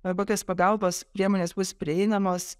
arbokios pagalbos priemonės bus prieinamos